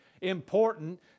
important